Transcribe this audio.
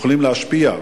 שיכולים להשפיע,